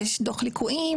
יש דוח ליקויים.